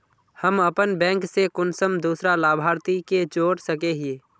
हम अपन बैंक से कुंसम दूसरा लाभारती के जोड़ सके हिय?